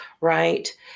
right